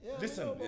Listen